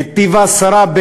בנתיב-העשרה,